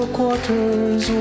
quarters